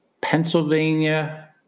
Pennsylvania